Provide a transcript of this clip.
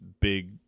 big